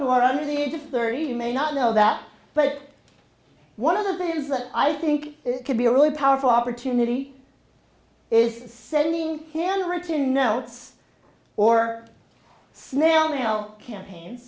who are under the age of thirty you may not know that but one of the things that i think it could be a really powerful opportunity is sending handwritten notes or snail mail campaign